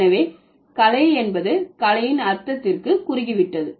எனவே கலை என்பது கலையின் அர்த்தத்திற்கு குறுகிவிட்டது